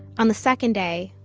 on the second day,